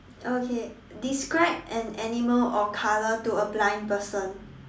okay describe an animal or colour to a blind person